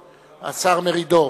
העליון.